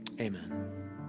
Amen